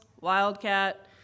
Wildcat